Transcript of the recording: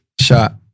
shot